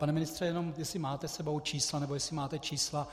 Pane ministře, jenom jestli máte s sebou čísla nebo jestli máte čísla.